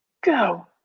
Go